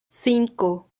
cinco